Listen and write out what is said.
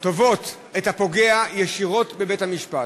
תובעות את הפוגע ישירות בבית-המשפט,